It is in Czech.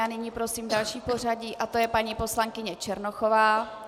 Nyní prosím další v pořadí, to je paní poslankyně Černochová.